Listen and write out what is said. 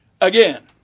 again